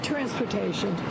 Transportation